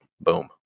Boom